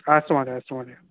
हा अस्तु महोदय अस्तु महोदय